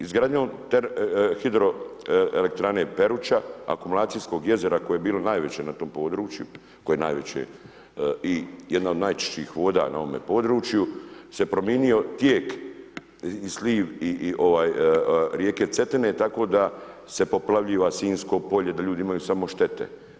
Izgradnjom hidroelektrane Peruča, akumulacijskog jezera koje je bilo najveće na tom području, koje je najveće i jedna od najčišćih voda na ovome području, se promijenio tijek i sliv i ovaj, rijeke Cetine, tako da se poplavljiva Sinjsko polje, da ljudi imaju samo štete.